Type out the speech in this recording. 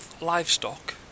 livestock